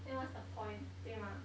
then what's the point 对吗